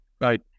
Right